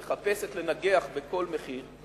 שמחפשת לנגח בכל מחיר,